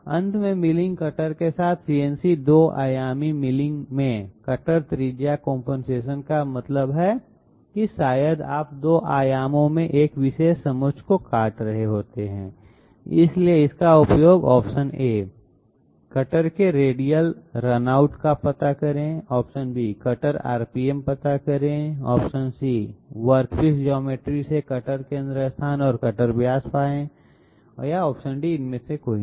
अंत में milling cutter के साथ सीएनसी 2 आयामी मिलिंग में कटर त्रिज्या कंपनसेशन का मतलब है कि शायद आप 2 आयामों में एक विशेष समोच्च के चारों ओर काट रहे हैं इसलिए इसका उपयोग कटर के रेडियल रन आउट का पता करें कटर RPM पता करें वर्कपीस ज्योमेट्री से कटर केंद्र स्थान और कटर व्यास पाते हैं इनमें से कोई नहीं